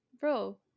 Bro